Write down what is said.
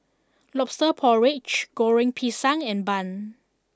Lobster Porridge Goreng Pisang and Bun